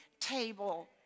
table